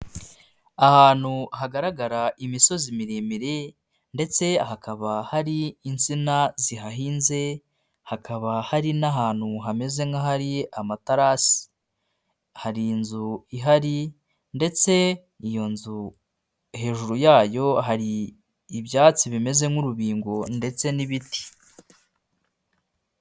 Ahantu hagaragara imisozi miremire ndetse hakaba hari insina zihahinze, hakaba hari n'ahantu hameze nk'ahari amatarasi, hari inzu ihari ndetse iyo nzu hejuru yayo hari ibyatsi bimeze nk'urubingo ndetse n'ibiti.